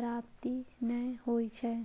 प्राप्ति नै होइ छै